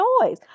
noise